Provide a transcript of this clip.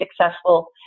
successful